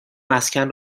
مسکن